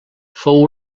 fou